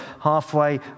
halfway